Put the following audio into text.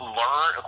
learn